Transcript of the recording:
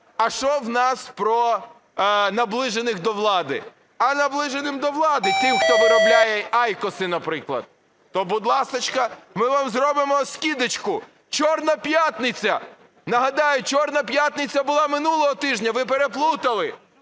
А що в нас про наближених до влади? А наближеним до влади, тим, хто виробляє айкоси, наприклад, то, будь ласочка, ми вам зробимо скидочку – чорна п'ятниця. Нагадаю, чорна п'ятниця була минулого тижня, ви переплутали,